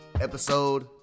episode